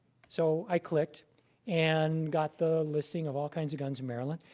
so i clicked and got the listing of all kinds of guns in maryland.